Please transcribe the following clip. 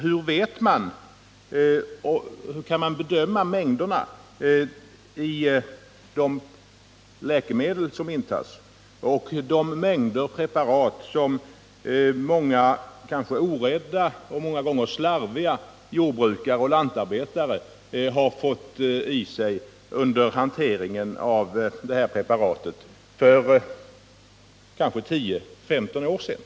Hur kan man bedöma mängderna när det gäller de läkemedel som tas in och de preparat som många kanske orädda och ofta slarviga jordbrukare och lantarbetare har fått i sig under hanteringen av preparatet för kanske 10-15 år sedan?